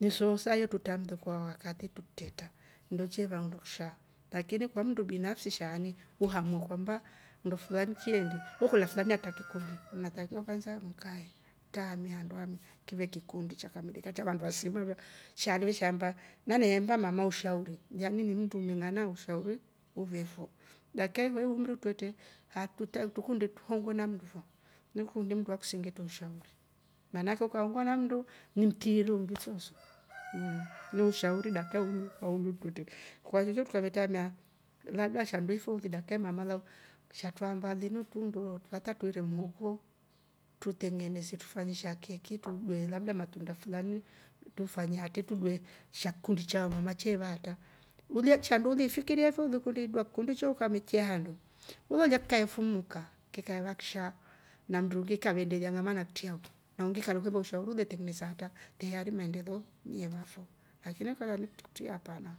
nisosayo trutamle kwa wakati trutretra ndo cheva indusha, lakini kwa mndu binafsi sha ani we hamua kwamba ndo fulani chiende we kolya fulani hata kikundi inatakiwa kwanza mkae. mtamie handu hamu kive kikundi cha familika- vandu va sima shari ve sha amba nalehemba mama ushauri yani ni mndu aling'ana akushauri uvefo dakika hihoyi umri twretre hatuta- trukundi truhongwe na mndu fo ngikundi mndu akisengetre ushauri maana ake ukahongwa na mndu ni mtiiri mwingi sooso neushauri dakikai ngi ukundi kwahiyo trukavetramia labda sha ndu ife uli dakikai mamalau sha tramba linu trundro hata tire muhoko trutengenese trufanye sha keki, trudue labda matunda fulani, trudue sha kikundi cha vamama cheva ata, shandu uri fikilia ife ikundi idua kikundi cho ukamekya handu we loliya kikae fumuka kikae vakishaa na mndu u ngi kavendelia ng'ama na kitriao na mwingi ka vekoriya na ungi kanekoliya ushauri tengenesa hata teyari maendeleo eva fo lakini koliya ni kutii hapana.